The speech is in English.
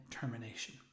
termination